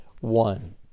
one